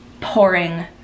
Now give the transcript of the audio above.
pouring